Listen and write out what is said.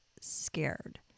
scared